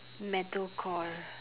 metalcore